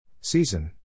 Season